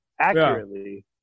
accurately